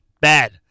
Bad